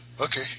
Okay